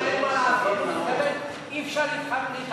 כשהוא אומר "אין מה לעשות" הוא מתכוון: אי-אפשר להתעלם מזה.